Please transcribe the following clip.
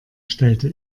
stellte